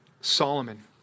Solomon